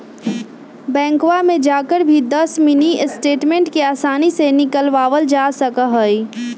बैंकवा में जाकर भी दस मिनी स्टेटमेंट के आसानी से निकलवावल जा सका हई